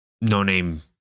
no-name